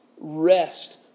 rest